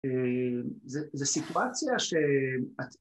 ‫זו סיטואציה ש...